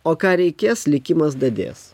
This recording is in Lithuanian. o ką reikės likimas dadės